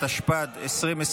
התשפ"ד 2024,